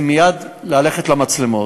זה מייד ללכת למצלמות.